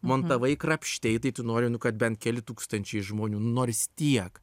montavai krapštei tai tu nori nu kad bent keli tūkstančiai žmonių nors tiek